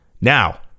Now